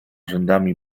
rzędami